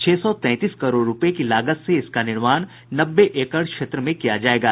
छह सौ तैंतीस करोड़ रुपये की लागत से इसका निर्माण नब्बे एकड़ क्षेत्र में किया जा रहा है